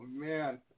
man